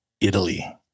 Italy